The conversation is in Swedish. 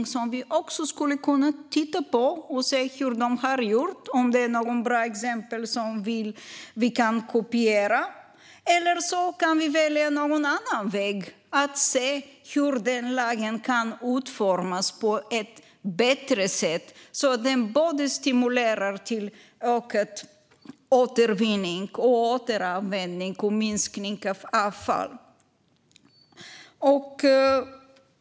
Vi skulle kunna titta på hur de har gjort och om det är ett bra exempel som vi kan kopiera. Eller så kan vi välja någon annan väg och utforma lagen på ett bättre sätt, så att den stimulerar till ökning av återvinningen och återanvändningen och minskning av avfallet.